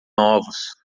novos